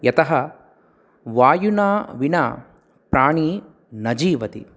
यतः वायुं विना प्राणी न जीवति